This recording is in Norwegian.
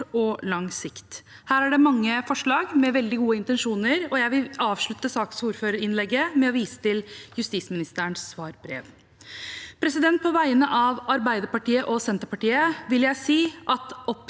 Her er det mange forslag med veldig gode intensjoner, og jeg vil avslutte saksordførerinnlegget med å vise til justisministerens svarbrev. På vegne av Arbeiderpartiet og Senterpartiet vil jeg si at opptrappingen